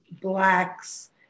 blacks